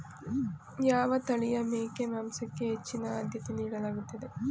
ಯಾವ ತಳಿಯ ಮೇಕೆ ಮಾಂಸಕ್ಕೆ ಹೆಚ್ಚಿನ ಆದ್ಯತೆ ನೀಡಲಾಗುತ್ತದೆ?